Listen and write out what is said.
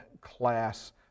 class